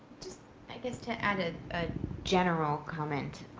just, i guess, to add a ah general comment.